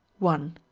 one.